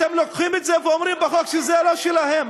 אתם לוקחים את זה ואומרים בחוק שזה לא שלהם.